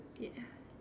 ya